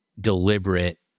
deliberate